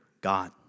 God